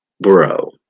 Bro